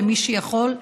למי שיכול,